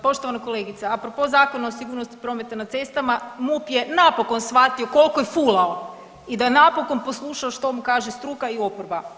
Poštovana kolegice, apropo Zakona o sigurnosti prometa na cestama, MUP je napokon shvatio koliko je fulao i da napokon poslušao što mu kaže struka i oporba.